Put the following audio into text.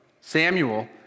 Samuel